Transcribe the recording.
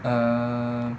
err